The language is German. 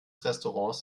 restaurants